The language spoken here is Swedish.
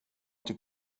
inte